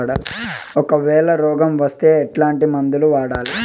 ఒకవేల రోగం వస్తే ఎట్లాంటి మందులు వాడాలి?